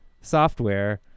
software